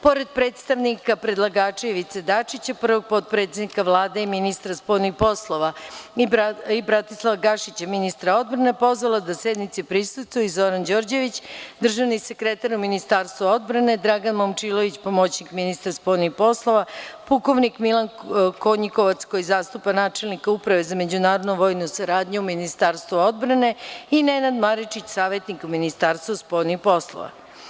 Pored predstavnika predlagača Ivice Dačića, prvog potpredsednika Vlade i ministra spoljnih poslova i Bratislava Gašića, ministra odbrana, pozvala da sednici prisustvuje i Zoran Đorđević, državni sekretar u Ministarstvu odbrane, Dragan Momčilović, pomoćnik ministra spoljnih poslova, pukovnik Milan Konjikovac, koji zastupa načelnika Uprave za međunarodnu vojnu saradnju u Ministarstvu odbrane i Nenad Maričić, savetnik u Ministarstvu spoljnih poslova.